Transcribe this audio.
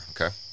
okay